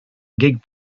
gig